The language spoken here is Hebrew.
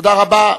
תודה רבה.